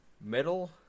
Middle